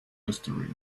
mystery